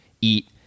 eat